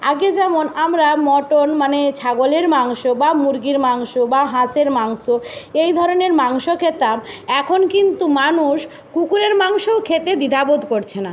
আগে যেমন আমরা মটন মানে ছাগলের মাংস বা মুরগির মাংস বা হাঁসের মাংস এই ধরনের মাংস খেতাম এখন কিন্তু মানুষ কুকুরের মাংসও খেতে দ্বিধা বোধ করছে না